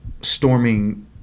storming